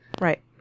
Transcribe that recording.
Right